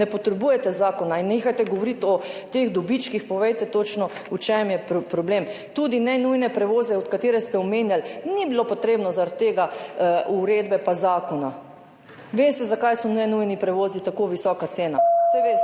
Ne potrebujete zakona in nehajte govoriti o teh dobičkih, povejte točno, v čem je problem. Tudi nenujni prevozi, ki ste jih omenjali, ni bilo potrebno zaradi tega uredbe pa zakona. Veste, zakaj imajo nenujni prevozi tako visoko ceno. Saj veste,